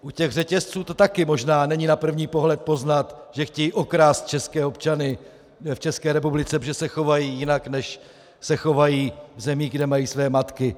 U těch řetězců to taky možná není na první pohled poznat, že chtějí okrást české občany v České republice, protože se chovají jinak, než se chovají v zemích, kde mají své matky.